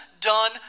done